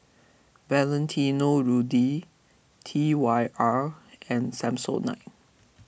Valentino Rudy T Y R and Samsonite